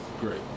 Great